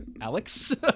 Alex